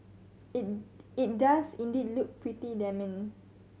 it it does indeed look pretty damning